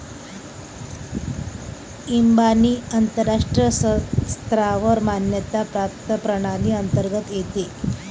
इबानी आंतरराष्ट्रीय स्तरावर मान्यता प्राप्त प्रणाली अंतर्गत येते